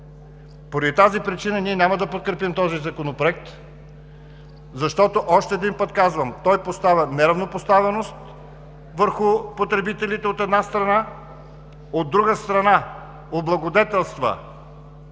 Поради тази причина ние няма да подкрепим този законопроект, защото – още един път казвам – той поставя неравнопоставеност върху потребителите, от една страна; от друга страна, облагодетелства